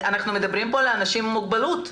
אנחנו מדברים פה על אנשים עם מוגבלות.